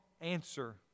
answer